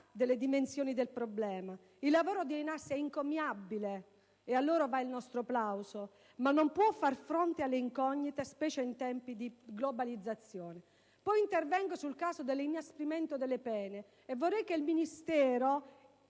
delle dimensioni del problema. Il lavoro dei NAS è encomiabile, e a loro va il nostro plauso, ma non può far fronte alle incognite, specie in tempi di globalizzazione. Un accenno al tema dell'inasprimento delle pene. Ricordo subito che il ministro